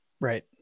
right